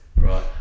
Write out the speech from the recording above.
Right